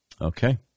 Okay